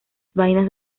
vainas